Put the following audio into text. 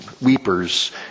Weepers